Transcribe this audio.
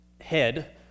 head